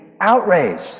outraged